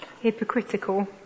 hypocritical